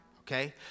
okay